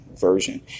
version